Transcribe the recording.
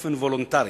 באופן וולונטרי.